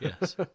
yes